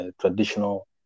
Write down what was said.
traditional